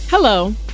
Hello